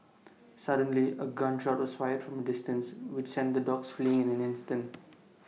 suddenly A gun shot was fired from A distance which sent the dogs fleeing in an instant